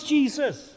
Jesus